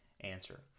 answer